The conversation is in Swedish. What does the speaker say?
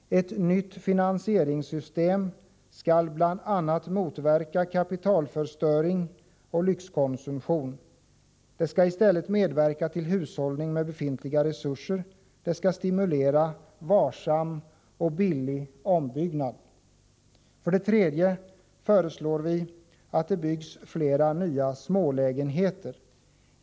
Ett nytt finansieringssystem skall bl.a. motverka kapitalförstöring och lyxkonsumtion. Det skall i stället medverka till hushållning med befintliga resurser. Det skall stimulera varsam och billig ombyggnad. För det tredje föreslår vi att det byggs fler nya smålägenheter.